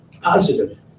positive